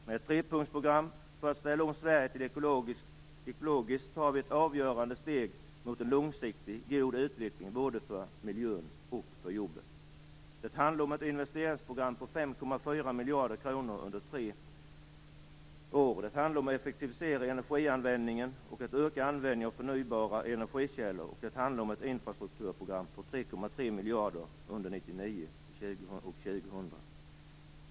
Med ett trepunktsprogram för att ställa om Sverige till ett ekologiskt samhälle tar vi avgörande steg mot en långsiktig, god utveckling både för miljön och jobben. Det handlar om ett investeringsprogram på 5,4 miljarder kronor under tre år. Det handlar om att effektivisera energianvändningen och att öka användningen av förnybara energikällor, och det handlar om ett infrastrukturprogram på 3,3 miljarder under år 1999 och 2000.